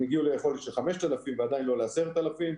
הם הגיעו ליכולת של 5,000 ועדיין לא ל-10,000,